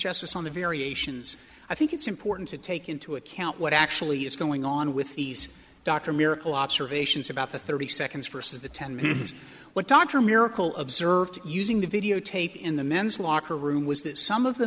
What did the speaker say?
justice on the variations i think it's important to take into account what actually is going on with these dr miracle observations about the thirty seconds first of the ten minutes what dr miracle of served using the videotape in the men's locker room was that some of the